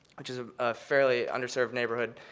which is a fairly underserved neighborhood,